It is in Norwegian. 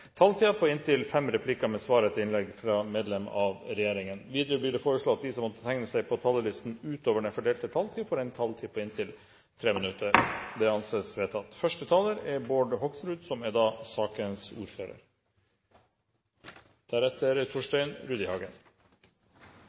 replikkordskifte på inntil fem replikker med svar etter innlegg fra medlem av regjeringen innenfor den fordelte taletid. Videre blir det foreslått at de som måtte tegne seg på talerlisten utover den fordelte taletid, får en taletid på inntil 3 minutter. – Det anses vedtatt. Pasientenes autonomi og menneskerettighetene er viktige og grunnleggende prinsipper innenfor all behandling. Innenfor psykisk helsevern er